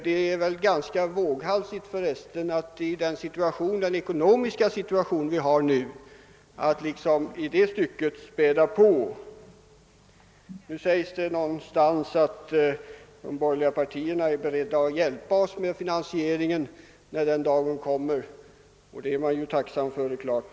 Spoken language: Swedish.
Det är väl ganska våghalsigt att i den ekonomiska situation som vi nu har späda på med ytterligare utgifter. Det har sagts att de borgerliga partierna är beredda att hjälpa oss med finansieringen när den dagen kommer, och det är vi naturligtvis tacksamma för.